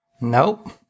Nope